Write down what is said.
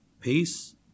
Peace